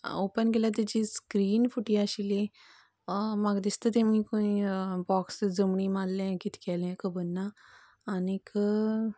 open केल्यार तेची screen फुटिल्ली आशिल्ली म्हाका दिसता ती खंय बाॅक्स जमनीक मारलें कित केलें खबर ना आनीक